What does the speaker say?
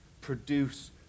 produce